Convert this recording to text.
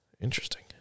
Interesting